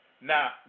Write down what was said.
Now